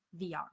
VR